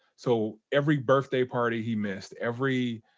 so, every birthday party he missed. every,